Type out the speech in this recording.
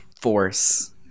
Force